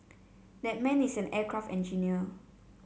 that man is an aircraft engineer